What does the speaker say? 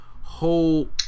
whole